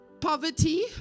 poverty